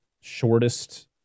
shortest